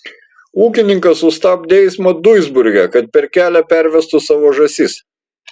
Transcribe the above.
ūkininkas sustabdė eismą duisburge kad per kelia pervestų savo žąsis